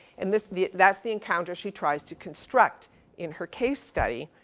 and this, the, that's the encounter she tries to construct in her case study.